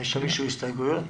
יש הסתייגויות?